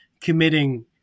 committing